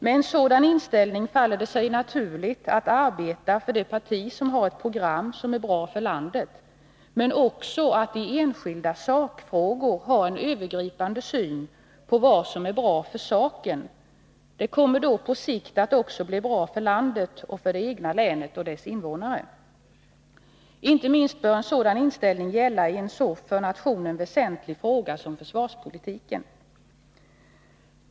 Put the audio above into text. Med en sådan inställning faller det sig naturligt att arbeta för det parti som har ett program som är bra för landet, men också att i enskilda sakfrågor ha en övergripande syn på vad som är bra för saken — det kommer då på sikt att bli bra för landet och för det egna länet och dess invånare. Inte minst bör en sådan inställning gälla i en för nationen så väsentlig fråga som försvarspolitiken.